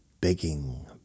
begging